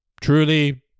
Truly